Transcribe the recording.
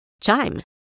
Chime